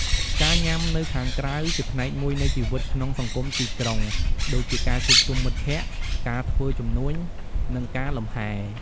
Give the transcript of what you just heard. ការញ៉ាំនៅខាងក្រៅជាផ្នែកមួយនៃជីវិតក្នុងសង្គមទីក្រុង ដូចជាការជួបជុំមិត្តភ័ក្តិ ការធ្វើជំនួញ និងការលំហែ។